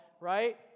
right